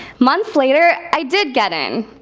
months later, i did get in.